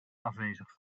afwezig